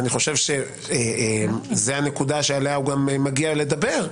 וזאת הנקודה שעליה הוא גם מגיע לדבר,